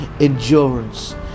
endurance